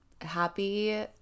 happy